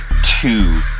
Two